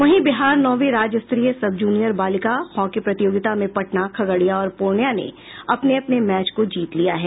वहीं बिहार नौवीं राज्य स्तरीय सब जूनियर बालिका हॉकी प्रतियोगिता में पटना खगड़िया और पूर्णिया ने अपने अपने मैच को जीत लिया है